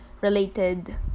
related